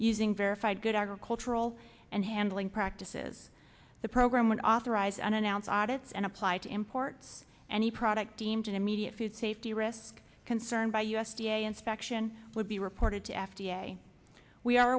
using verified good agricultural and handling practices the program would authorize unannounced audits and apply to imports any product deemed an immediate food safety risk concern by u s d a inspection will be reported to f d a we are